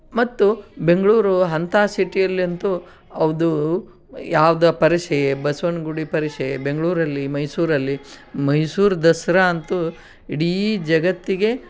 ಮತ್ತು ಬೆಂಗಳೂರು ಅಂಥ ಸಿಟಿಯಲ್ಲಂತೂ ಅದು ಯಾವ್ದು ಪರಿಷೆ ಬಸ್ವನಗುಡಿ ಪರಿಷೆ ಬೆಂಗಳೂರಲ್ಲಿ ಮೈಸೂರಲ್ಲಿ ಮೈಸೂರು ದಸರಾ ಅಂತೂ ಇಡೀ ಜಗತ್ತಿಗೆ